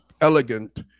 elegant